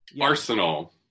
Arsenal